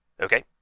Okay